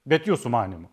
bet jūsų manymu